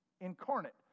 incarnate